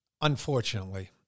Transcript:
unfortunately